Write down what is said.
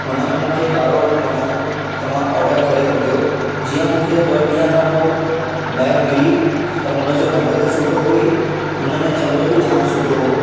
उनमें मूंखे कारो रंगु वणियो त मां ऑडर करे वरितो जीअं मूंखे ॿ ॾींहं खां पोइ बैग मिली त हुनजो रंगु त सुठो हो ई हुनमें चमड़ो बि जामु सुठो हो